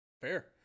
Fair